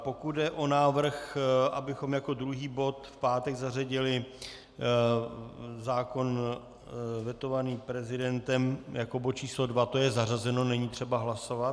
Pokud jde o návrh, abychom jako druhý bod v pátek zařadili zákon vetovaný prezidentem, jako bod číslo 2, to je zařazeno, není třeba hlasovat.